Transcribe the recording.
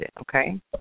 Okay